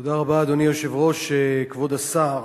אדוני היושב-ראש, תודה רבה, כבוד השר,